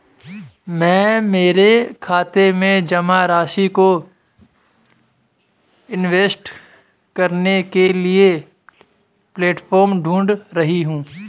मैं मेरे खाते में जमा राशि को इन्वेस्ट करने के लिए प्लेटफॉर्म ढूंढ रही हूँ